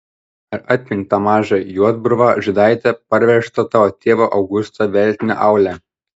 ar atmeni tą mažą juodbruvą žydaitę parvežtą tavo tėvo augusto veltinio aule